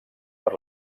per